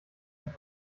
und